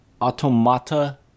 automata